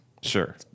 Sure